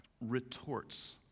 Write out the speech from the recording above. retorts